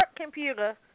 computer